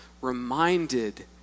reminded